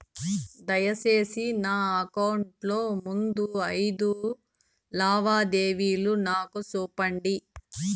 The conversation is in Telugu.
దయసేసి నా అకౌంట్ లో ముందు అయిదు లావాదేవీలు నాకు చూపండి